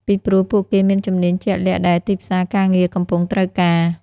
ពីព្រោះពួកគេមានជំនាញជាក់លាក់ដែលទីផ្សារការងារកំពុងត្រូវការ។